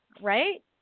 Right